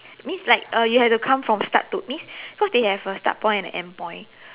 means like uh you have to come from start to means because they have a start point and an end point